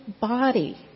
body